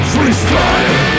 Freestyle